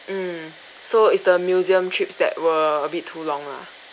mm so it's the museum trips that were a bit too long lah